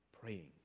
praying